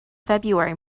february